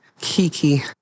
Kiki